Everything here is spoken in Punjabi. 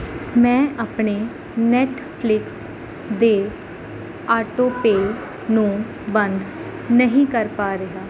ਮੈਂ ਆਪਣੇ ਨੈੱਟਫਲਿਕਸ ਦੇ ਆਟੋਪੇਅ ਨੂੰ ਬੰਦ ਨਹੀਂ ਕਰ ਪਾ ਰਿਹਾ